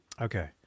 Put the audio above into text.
Okay